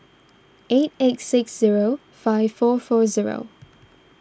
eight eight six zero five four four zero